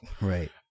Right